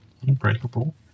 unbreakable